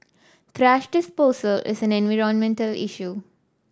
thrash disposal is an environmental issue